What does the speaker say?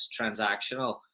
transactional